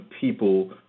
people